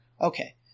Okay